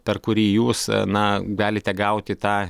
per kurį jūs na galite gauti tą